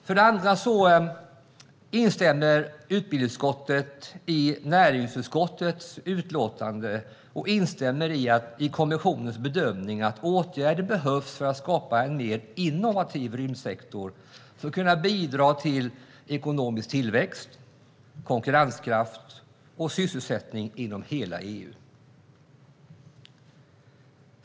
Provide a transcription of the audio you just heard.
För det andra instämmer utbildningsutskottet i näringsutskottets utlåtande och i kommissionens bedömning att åtgärder behövs för att skapa en mer innovativ rymdsektor för att kunna bidra till ekonomisk tillväxt, konkurrenskraft och sysselsättning inom hela EU.